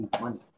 money